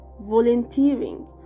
volunteering